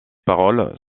paroles